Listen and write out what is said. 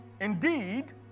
Indeed